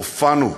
הופענו,